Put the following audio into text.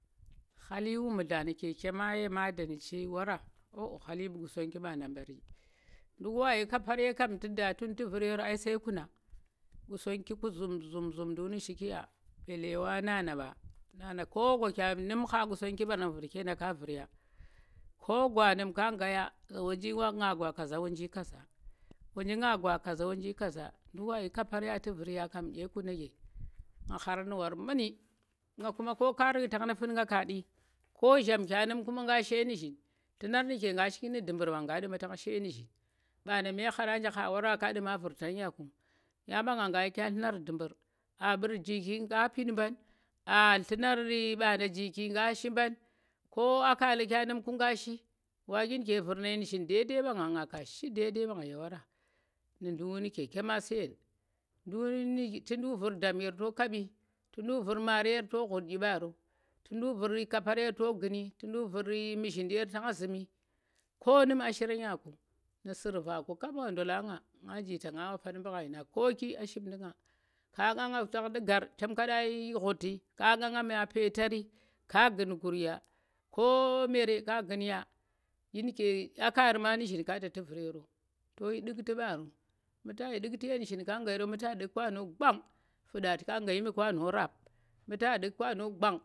Khali wu mudla nuke chema ye ma da nu̱ wara, oh oh khali wu Qusonggi mɓa da mɓari nɗu̱k wa yi kapar ye kam tu̱ da tu̱n tu̱ vu̱r yero ai sai kuna, Qusonggi ku zum zum zum nɗu̱k nu̱ shi ki ya belle wa nana ɓa, nana ko gwa kya num kha Qusonggi ku ɓarang ka vu̱r ya, ko gwa num ko ngaya, za wanji nga gwa kaaza, wonju kaaza, nga gwa kaazo, wonji kaaza, nɗuk wa yi kapar ya tu̱ vu̱r ya ɗye kuna je, nga kharang nu̱ war muni, nga kuma ko ka ru̱ktang nu̱ fu̱n nga ka nɗu ko zham kya nu̱m nga shi ye mu̱ zhin, nllu̱nar nu̱ke ka shiki nu̱ ndu̱mɓu̱r mbang nga nɗu̱ma tang shi ye nu̱zhin mɓanda ɗye khara nje ka nɗu̱ma vu̱rtan ya ku, yang mɓangan ka yi kya nllu̱nar ndu̱mbɓr aa mɓu̱u̱r jiiki nga pit mbang a nllu̱nar mɓanda jiiki nga shi mbang, ko a kala kya nu̱m nga shi wa ɗyi nu̱ke vu̱r na ye nu̱zhin dai dai mɓanga, nga ka shi daidai mɓang ye wara, nu̱ ndu̱k nu̱ ke chema su̱yen, tu̱ ndu̱k vu̱r dam yer to kamɓi, tu̱ ndu̱k vu̱r mari yer to ghu̱t ɗyi ɓaro, tu̱ ndu̱k vu̱r kapar yero, to nggu̱mi, tu̱ ndu̱k vu̱r mu̱zhindi yero, tang zhu̱mi, ko nu̱m a shirang ya ku, nu̱ su̱rva ku kap wa ndola nga, nga ji ta nga wa fan mɓu̱ ghai nang ko ki a shimndu̱ nga ka gha nga tang nɗu̱ nggar, chem kaɗa yi ghu̱ti, ka ka nga ma petari, ka gu̱n guur ya, ko mere ka gu̱n ya. dyi nuge a kari ma nu̱zhin ka da tu̱ vu̱r yero to yi nɗu̱kti ɓaro mu ta yi nɗu̱kti ye nu̱zhin ka ga yero mu ta nɗu̱k kwano gwang fu̱nɗa ka ga ye kwano rap, mu̱ ta nɗu̱k kwano gwan